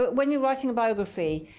but when you're writing a biography,